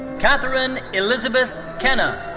katherine elizabeth kenna.